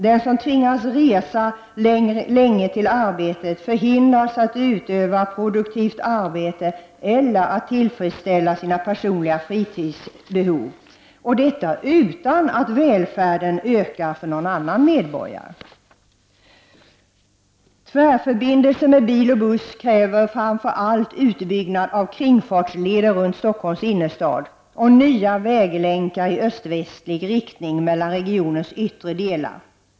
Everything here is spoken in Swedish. Den som tvingas resa länge till arbetet förhindras att utöva produktivt arbete eller att tillfredsställa sina personliga fritidsbehov — detta utan att välfärden för någon annan medborgare ökar. Tvärförbindelser med bil och buss kräver framför allt utbyggnad av kringfartsleder runt Stockholms innerstad och nya väglänkar i öst-västlig riktning mellan regionens yttre delar.